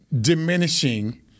diminishing